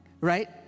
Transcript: right